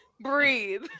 Breathe